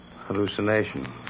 Hallucination